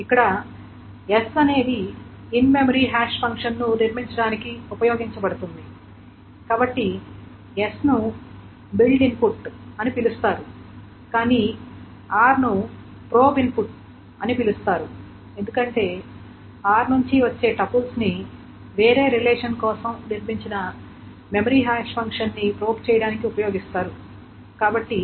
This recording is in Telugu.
ఇక్కడ s అనేది ఇన్ మెమరీ హాష్ ఫంక్షన్ను నిర్మించడానికి ఉపయోగించబడుతుంది కాబట్టి s ను బిల్డ్ ఇన్పుట్ అని పిలుస్తారు కానీ r ను ప్రోబ్ ఇన్పుట్ అని పిలుస్తారు ఎందుకంటే r నుండి వచ్చే టుపుల్స్ ని వేరే రిలేషన్ కోసం నిర్మించిన మెమరీ హాష్ ఫంక్షన్ ని ప్రోబ్ చేయటానికి ఉపయోగిస్తారు కాబట్టి